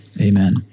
Amen